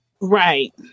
right